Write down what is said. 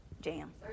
jam